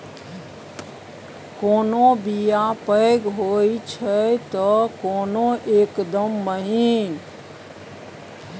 कोनो बीया पैघ होई छै तए कोनो एकदम महीन